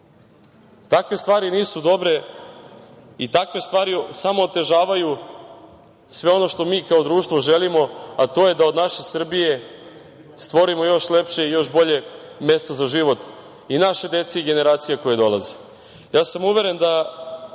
stvari nisu dobre i takve stvari samo otežavaju sve ono što mi kao društvo želimo, a to je da od naše Srbije stvorimo još lepše i još bolje mesto za život i naše dece i generacija koje dolaze. Ja sam uveren, sa